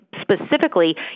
specifically